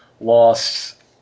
lost